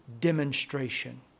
demonstration